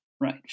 right